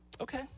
okay